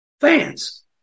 fans